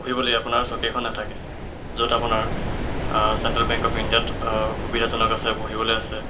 বহিবলৈ আপোনাৰ চকীখন নাথাকে য'ত আপোনাৰ চেণ্ট্ৰেল বেংক অৱ ইণ্ডিয়াত সুবিধাজনক আছে বহিবলৈ আছে